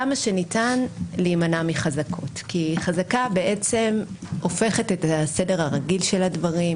כמה שניתן להימנע מחזקה כי חזקה בעצם הופכת את הסדר הרגיל של הדברים,